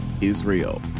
Israel